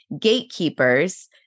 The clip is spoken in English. gatekeepers